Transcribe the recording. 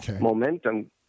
momentum